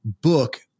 book